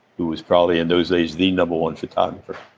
who was probably in those days, the number one photographer.